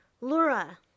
Laura